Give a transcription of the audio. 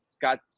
got